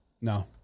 No